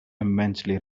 immensely